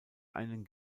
einen